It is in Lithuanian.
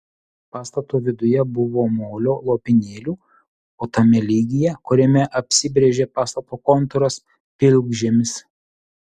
pastato viduje buvo molio lopinėlių o tame lygyje kuriame apsibrėžė pastato kontūras pilkžemis